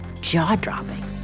jaw-dropping